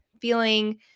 feeling